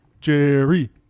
Jerry